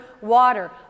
water